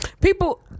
people